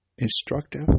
instructive